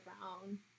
brown